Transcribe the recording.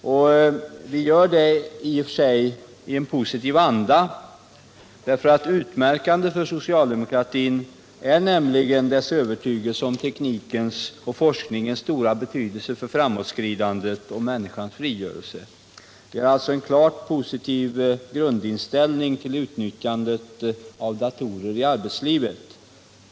Det sker i och för sig i en positiv anda, därför att utmärkande för socialdemokratin är dess övertygelse om teknikens och forskningens stora betydelse för framåtskridandet och människans frigörelse. Vi har alltså en klart positiv grundinställning till utnyttjandet av datorer i arbetslivet.